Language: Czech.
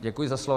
Děkuji za slovo.